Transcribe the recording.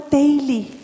daily